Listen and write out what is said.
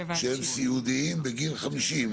יש אנשים שהם סיעודיים בגיל 50,